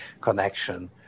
connection